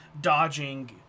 dodging